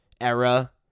era